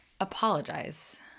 apologize